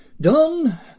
Done